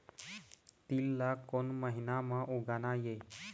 तील ला कोन महीना म उगाना ये?